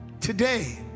today